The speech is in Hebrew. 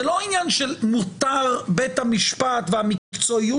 זה לא עניין של מותר בית המשפט והמקצועיות